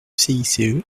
cice